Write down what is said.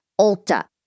Ulta